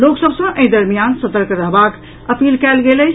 लोक सभ सँ एहि दरमियान सतर्क रहबाक अपील कयल गेल अछि